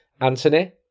Anthony